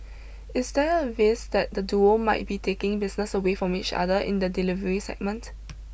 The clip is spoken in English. is there a risk that the duo might be taking business away from each other in the delivery segment